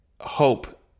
hope